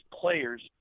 players